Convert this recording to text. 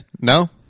No